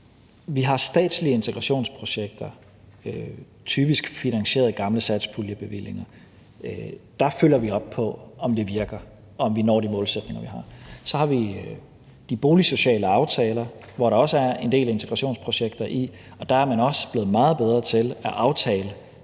om de statslige integrationsprojekter, der typisk er finansieret af gamle satspuljebevillinger, virker, og om vi når de målsætninger, vi har. Så har vi de boligsociale aftaler, som der også er en del integrationsprojekter i, og der er man også blevet meget bedre til at aftale